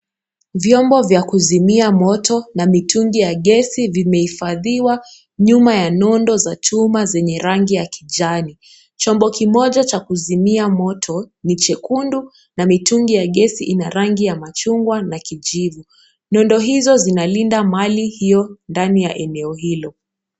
Vyombo vya kuzimia moto na mitungi za gezi zimeifadhiwa nyuma ya nondo ya chuma zenye rangi ya kijanichombo kimoja cha kusimia moto ni chekundu na mitungi ya gezi ina rangi ya machungwa na kijifu nondo hizo zinalinda mali hiyo ndani ya eneo hilo.